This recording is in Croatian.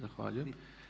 Zahvaljujem.